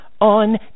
on